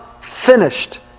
finished